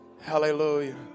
Hallelujah